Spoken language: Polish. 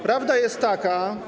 Prawda jest taka.